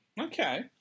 Okay